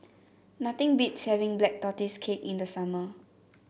nothing beats having Black Tortoise Cake in the summer